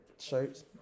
shirts